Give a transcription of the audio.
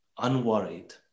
Unworried